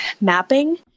mapping